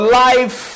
life